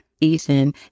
Ethan